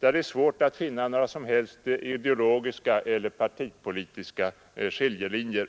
där det är svårt att finna några som helst ideologiska eller partipolitiska skiljelinjer.